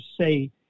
say